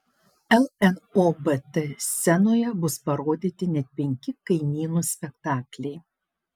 lnobt scenoje bus parodyti net penki kaimynų spektakliai